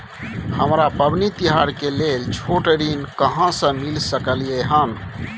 हमरा पबनी तिहार के लेल छोट ऋण कहाँ से मिल सकलय हन?